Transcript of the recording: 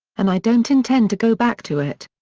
and i don't intend to go back to it.